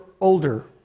older